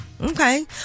Okay